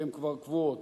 והן כבר קבועות,